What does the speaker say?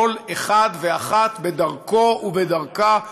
כל אחד ואחת בדרכו ובדרכה,